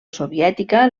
soviètica